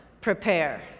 prepare